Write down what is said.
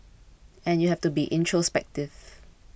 and you have to be introspective